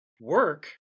work